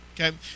okay